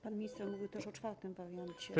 Pan minister mówił też o czwartym wariancie.